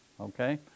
Okay